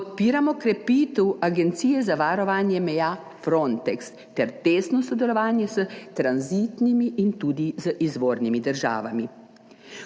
Podpiramo krepitev agencije za varovanje meja Frontex ter tesno sodelovanje s tranzitnimi in tudi z izvornimi državami.